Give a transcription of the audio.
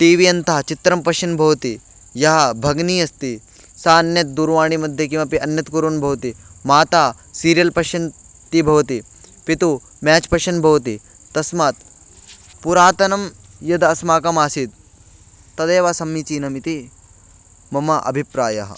T V अन्तः चित्रं पश्यन् भवति यः भगिनी अस्ति सा अन्यत् दूरवाणीमध्ये किमपि अन्यत् कुर्वन्ती भवति माता सीरियल् पश्यन्ती भवति पिता मेच् पश्यन् भवति तस्मात् पुरातनं यद् अस्माकमासीत् तदेव समीचीनम् इति मम अभिप्रायः